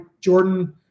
Jordan